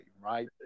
right